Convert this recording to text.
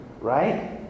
right